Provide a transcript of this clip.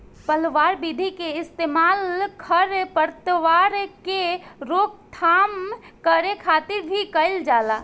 पलवार विधि के इस्तेमाल खर पतवार के रोकथाम करे खातिर भी कइल जाला